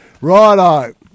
Righto